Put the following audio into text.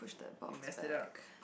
we messed it up